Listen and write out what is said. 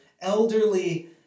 elderly